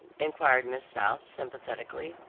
enquired miss south, sympathetically.